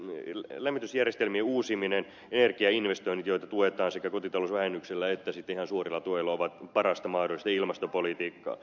erityisesti lämmitysjärjestelmien uusiminen energiainvestoinnit joita tuetaan sekä kotitalousvähennyksellä että ihan suorilla tuilla ovat parasta mahdollista ilmastopolitiikkaa